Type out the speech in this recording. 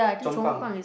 Chong pang